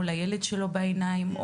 או לילד שלו בעיניים,